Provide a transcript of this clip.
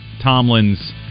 Tomlin's